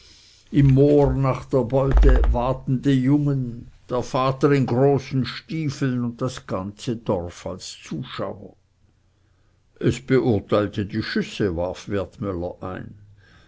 nach der beute watende jungen der vater in großen stiefeln und das ganze dorf als zuschauer es beurteilte die schüsse warf wertmüller ein